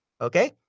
Okay